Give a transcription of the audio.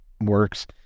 works